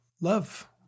love